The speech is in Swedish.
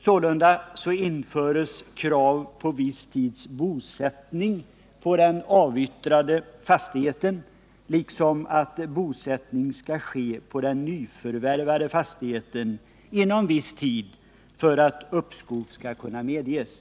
Sålunda föreslås att krav på viss tids bosättning på den avyttrade fastigheten skall införas, liksom att bosättning skall ske på den nyförvärvade fastigheten inom viss tid för att uppskov skall kunna medges.